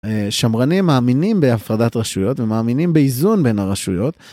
שמרנים מאמינים בהפרדת רשויות ומאמינים באיזון בין הרשויות.